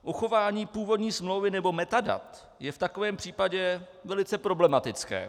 Uchování původní smlouvy nebo metadat je v takovém případě velice problematické.